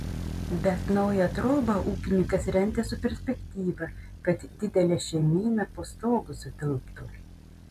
bet naują trobą ūkininkas rentė su perspektyva kad didelė šeimyna po stogu sutilptų